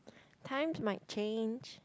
times might change